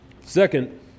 Second